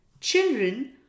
Children